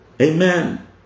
Amen